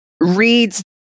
reads